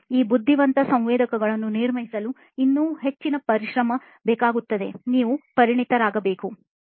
ಈ ಬುದ್ಧಿವಂತ ಸಂವೇದಕಗಳನ್ನು ನಿರ್ಮಿಸಲು ಇನ್ನೂ ಹೆಚ್ಚಿನ ಶ್ರಮ ಬೇಕಾಗುತ್ತದೆ ನೀವು ಪರಿಣತರಾಗಬೇಕು